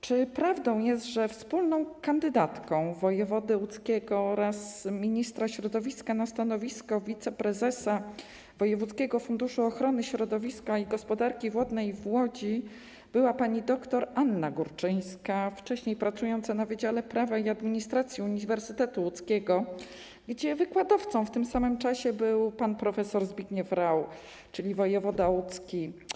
Czy prawdą jest, że wspólną kandydatką wojewody łódzkiego oraz ministra środowiska na stanowisko wiceprezesa Wojewódzkiego Funduszu Ochrony Środowiska i Gospodarki Wodnej w Łodzi była pani dr Anna Górczyńska wcześniej pracująca na Wydziale Prawa i Administracji Uniwersytetu Łódzkiego, gdzie w tym samym czasie wykładowcą był pan prof. Zbigniew Rau, czyli wojewoda łódzki?